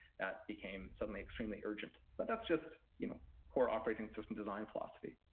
that became suddenly extremely urgent. but that's just you know core operating system design philosophy.